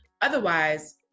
otherwise